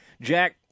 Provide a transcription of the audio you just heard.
jack